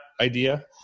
idea